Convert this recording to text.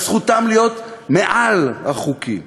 על להיות מעל החוקים,